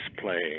playing